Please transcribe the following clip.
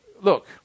look